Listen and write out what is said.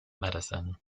medicine